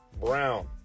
Brown